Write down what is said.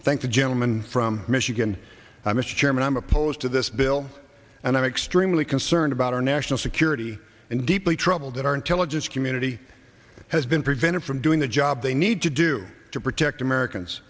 minutes thank the gentleman from michigan i miss chairman i'm opposed to this bill and i'm extremely concerned about our national security and deeply troubled that our intelligence community has been prevented from doing the job they need to do to protect americans